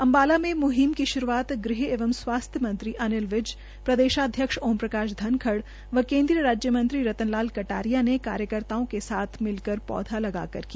अम्बा में मुहिम की शुरूआत गृह एवं स्वास्थ्य मंत्री अनिल विज प्रदेशाध्यक्ष ओम प्रकाश धनखड़ व केन्द्रीय राज्य मंत्री रतन लाल कटारिया ने कार्यकताऔ के साथ पौधे लगाकर की